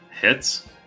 Hits